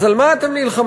אז על מה אתם נלחמים?